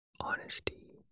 honesty